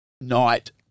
night